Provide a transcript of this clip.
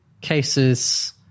cases